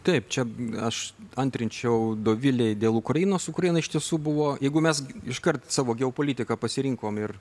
taip čia aš antrinčiau dovilei dėl ukrainos ukraina iš tiesų buvo jeigu mes iškart savo geopolitiką pasirinkom ir